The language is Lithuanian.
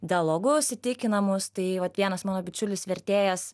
dialogus įtikinamus tai vat vienas mano bičiulis vertėjas